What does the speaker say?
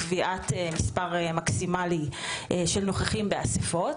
לקביעת מספר מקסימלי של נוכחים באסיפות.